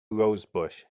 rosebush